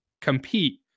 compete